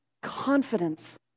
confidence